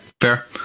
fair